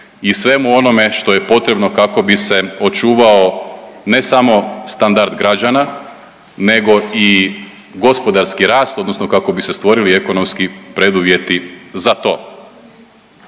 i svemu onome što je potrebno kako bi se očuvao ne samo standard građana nego i gospodarski rast odnosno kako bi se stvorili ekonomski preduvjeti za to.